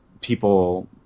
people